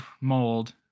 mold